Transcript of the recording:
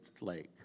lake